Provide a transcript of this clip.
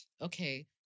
Okay